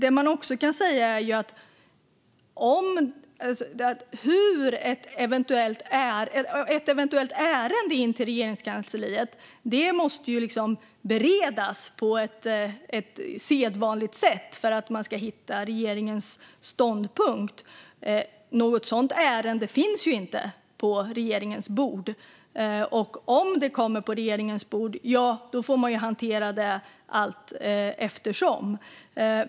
Ett eventuellt ärende in till Regeringskansliet måste beredas på sedvanligt sätt för att man ska komma fram till regeringens ståndpunkt. Något sådant ärende finns inte på regeringens bord. Om ett sådant ärende skulle hamna på regeringens bord får man hantera det allteftersom.